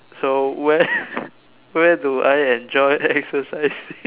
so where where do I enjoy exercising